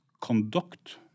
conduct